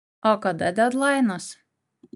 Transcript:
o kada dedlainas